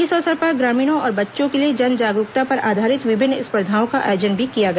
इस अवसर पर ग्रामीणों और बच्चों के लिए जन जागरूकता पर आधारित विभिन्न स्पर्धाओं का आयोजन भी किया गया